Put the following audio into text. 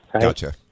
Gotcha